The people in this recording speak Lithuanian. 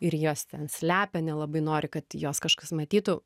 ir jas ten slepia nelabai nori kad jos kažkas matytų